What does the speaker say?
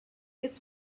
its